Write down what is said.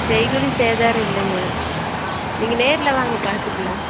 செய்கூலி சேதாரம் இல்லைங்க நீங்கள் நேரில் வாங்க பார்த்துக்கலாம்